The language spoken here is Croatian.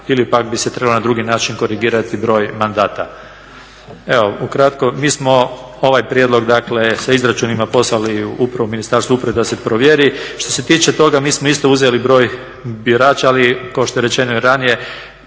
ili pak bi se trebalo na drugi način korigirati broj mandata. Evo ukratko. Mi smo ovaj prijedlog, dakle sa izračunima poslali pravo Ministarstvu uprave da se provjeri. Što se tiče toga mi smo isto uzeli broj birača, ali kao što je rečeno i ranije